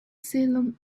salem